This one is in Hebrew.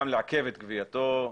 גם לעכב את גבייתו,